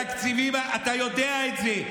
המקום היחידי שקיצצו זה בתקציבים, אתה יודע את זה.